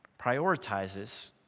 prioritizes